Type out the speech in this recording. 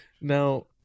Now